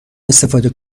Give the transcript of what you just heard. استفاده